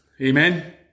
Amen